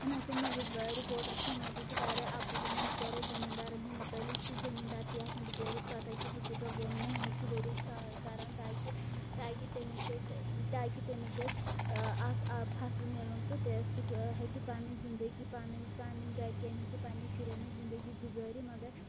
یِم ہسا نِوٕز ٲں رِپورٹر چھِ یِم ہَسا چھِ واریاہ اَپُز وَنان بِچارِٮس زٔمیٖندارَن ہنٛدۍ متعلق یہِ چھِ زٔمیٖندارسٕے آسان بِچٲرِس پَتہ کہِ سُہ کۭژاہ ٲں محنت چھُ ؤرۍ یَس کران تاکہِ تاکہِ تٔمِس گژھہِ ٲں تاکہِ تٔمِس گژھہِ ٲں اکھ ٲں فصٕل میلُن تہٕ سُہ ہیٚکہِ پَنٕنۍ زندگی پَنٕنۍ پَنٕنۍ گھرکیٚن ہِنٛز تہٕ پَننیٚن شُریٚن ہِنٛز زِنٛدگی گُزٲرِتھ مگر